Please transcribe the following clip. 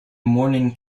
morning